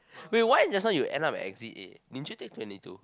wait why just now you end up in exit A did you take twenty two